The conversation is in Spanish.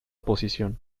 posición